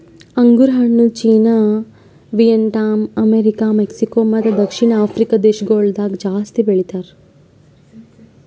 ಅಂಗುರ್ ಹಣ್ಣು China, Vietnam, America, Mexico ಮತ್ತ ದಕ್ಷಿಣ ಆಫ್ರಿಕಾ ದೇಶಗೊಳ್ದಾಗ್ ಜಾಸ್ತಿ ಬೆಳಿತಾರ್